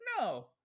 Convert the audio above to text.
no